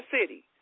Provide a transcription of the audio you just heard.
city